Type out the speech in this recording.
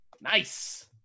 Nice